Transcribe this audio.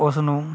ਉਸਨੂੰ